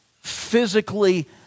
physically